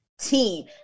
team